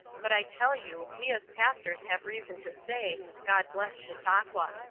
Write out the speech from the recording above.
but i tell you, we as pastors have reason to say god bless chautauqua